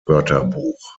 wörterbuch